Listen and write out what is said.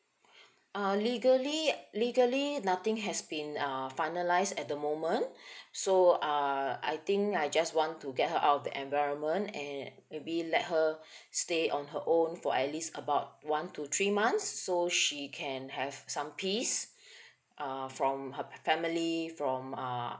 uh legally legally nothing has been uh finalized at the moment so uh I think I just want to get her out the environment and maybe let her stay on her own for at least about one to three months so she can have some peace uh from her family from uh